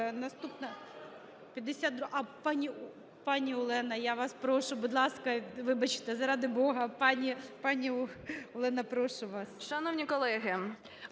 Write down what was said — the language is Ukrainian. Шановні колеги,